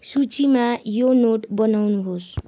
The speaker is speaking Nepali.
सूचीमा यो नोट बनाउनुहोस्